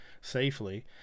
safely